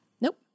Nope